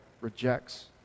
rejects